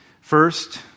First